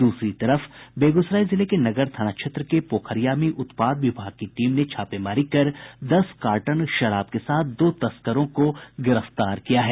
दूसरी तरफ बेगूसराय जिले के नगर थाना क्षेत्र के पोखरिया में उत्पाद विभाग की टीम ने छापेमारी कर दस कार्टन शराब के साथ दो तस्करों को गिरफ्तार किया है